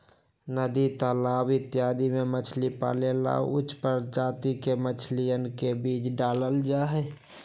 नदी तालाब इत्यादि में मछली पाले ला उच्च प्रजाति के मछलियन के बीज डाल्ल जाहई